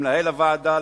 למנהל הוועדה,